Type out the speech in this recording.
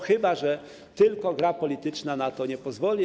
Chyba że to gra polityczna na to nie pozwoli.